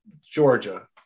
Georgia